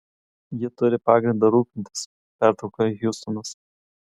ji turi pagrindą rūpintis pertraukė hjustonas